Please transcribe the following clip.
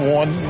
one